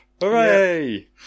Hooray